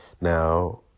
Now